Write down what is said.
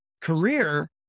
career